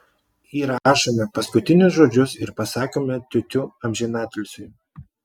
įrašome paskutinius žodžius ir pasakome tiutiū amžinatilsiui